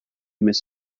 miss